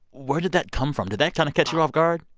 where did that come from? did that kind of catch you off guard?